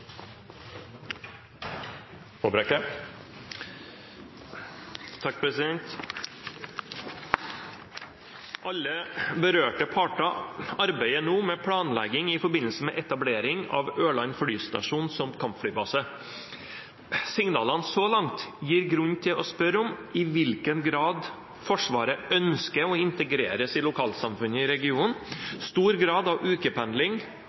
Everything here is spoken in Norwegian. møte. «Alle berørte parter arbeider nå med planlegging i forbindelse med etablering av Ørland flystasjon som kampflybase. Signalene så langt gir grunn til å spørre om i hvilken grad Forsvaret ønsker å integreres i lokalsamfunnet i regionen. Stor grad av ukependling